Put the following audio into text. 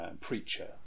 Preacher